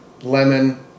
lemon